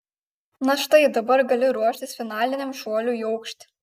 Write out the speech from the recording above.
na štai dabar gali ruoštis finaliniam šuoliui į aukštį